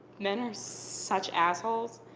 men are such assholes.